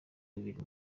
bibiri